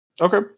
okay